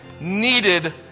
needed